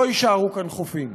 לא יישארו כאן חופים.